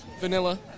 vanilla